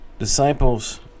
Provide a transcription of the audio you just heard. Disciples